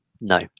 No